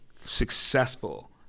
successful